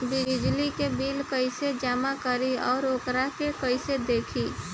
बिजली के बिल कइसे जमा करी और वोकरा के कइसे देखी?